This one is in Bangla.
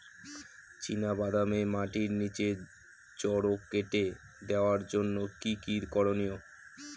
চিনা বাদামে মাটির নিচে জড় কেটে দেওয়ার জন্য কি কী করনীয়?